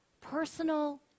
Personal